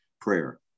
prayer